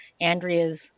Andrea's